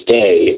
day